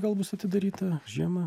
gal bus atidaryta žiemą